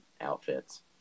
outfits